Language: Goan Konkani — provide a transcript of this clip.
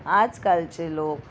आजकालचे लोक